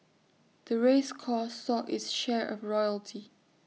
the race course saw its share of royalty